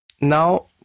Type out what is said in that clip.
Now